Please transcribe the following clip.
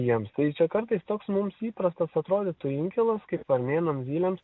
jiems tai čia kartais toks mums įprastas atrodytų inkilas kaip varnėnams zylėms